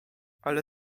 ale